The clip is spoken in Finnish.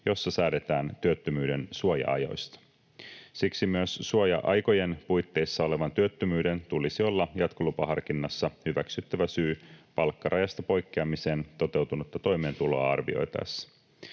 jossa säädetään työttömyyden suoja-ajoista. Siksi myös suoja-aikojen puitteissa olevan työttömyyden tulisi olla jatkolupaharkinnassa hyväksyttävä syy palkkarajasta poikkeamiseen toteutunutta toimeentuloa arvioitaessa.